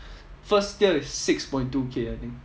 first tier is six point two K I think